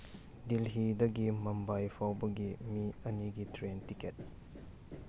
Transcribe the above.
ꯗꯦꯜꯍꯤꯗꯒꯤ ꯃꯨꯝꯕꯥꯏ ꯐꯥꯎꯕꯒꯤ ꯃꯤ ꯑꯅꯤꯒꯤ ꯇ꯭ꯔꯦꯟ ꯇꯤꯀꯦꯠ